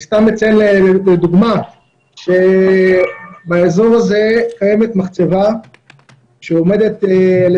אני סתם מציין לדוגמה שבאזור הזה קיימת מחצבה מאוד מאוד